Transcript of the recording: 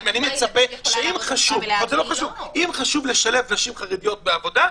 אני מצפה לכך שאם חשוב לשלב נשים חרדיות בעבודה,